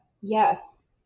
yes